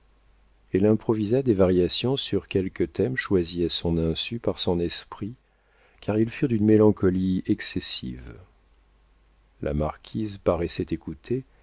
elle improvisa des variations sur quelques thèmes choisis à son insu par son esprit car ils furent d'une mélancolie excessive la marquise paraissait écouter